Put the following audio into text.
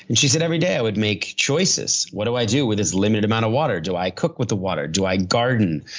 and she said, every day i would make choices. what do i do with this limited amount of water? do i cook with the water? do i garden?